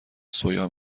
سویا